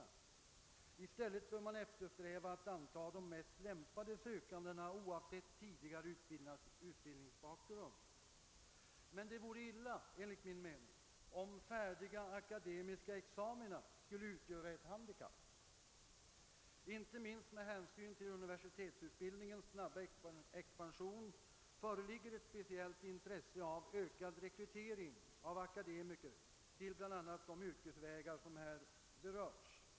I stället bör man eftersträva att anta de mest lämpade sökandena oavsett tidigare utbildningsbakgrund. Men det vore illa om färdiga akademiska examina skulle utgöra ett handikapp. Inte minst med hänsyn till universitetsutbildningens snabba expansion föreligger intresse för ökad rekrytering av akademiker till bl.a. de yrkesvägar som här har berörts.